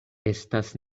estas